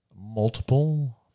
multiple